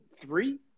Three